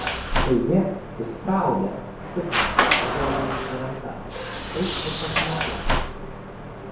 štai ji įspraudė suknią adelijai į rankas eik ir pasimatuok